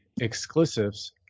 exclusives